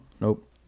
Nope